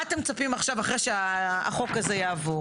מה אתם מצפים עכשיו אחרי שהחוק הזה יעבור?